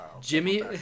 Jimmy